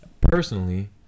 personally